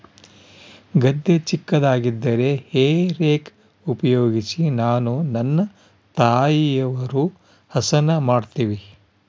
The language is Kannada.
ಗದ್ದೆ ಚಿಕ್ಕದಾಗಿದ್ದರೆ ಹೇ ರೇಕ್ ಉಪಯೋಗಿಸಿ ನಾನು ನನ್ನ ತಾಯಿಯವರು ಹಸನ ಮಾಡುತ್ತಿವಿ